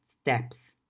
steps